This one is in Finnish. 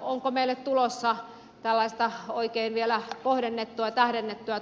onko meille tulossa tällaista oikein vielä kohdennettua tähdennettyä